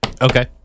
Okay